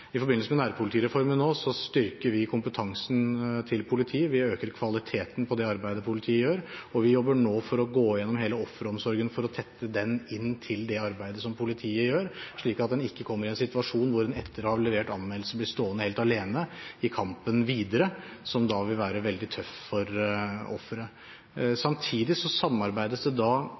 I forbindelse med nærpolitireformen styrker vi kompetansen til politiet, vi øker kvaliteten på det arbeidet politiet gjør, og vi jobber nå for å gå gjennom hele offeromsorgen for å trekke det inn til det arbeidet som politiet gjør, slik at en ikke kommer i en situasjon hvor en etter å ha levert anmeldelse blir stående helt alene i kampen videre, som da vil være veldig tøff for offeret. Samtidig samarbeides det